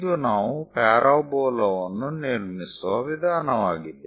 ಇದು ನಾವು ಪ್ಯಾರಾಬೋಲಾವನ್ನು ನಿರ್ಮಿಸುವ ವಿಧಾನವಾಗಿದೆ